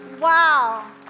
Wow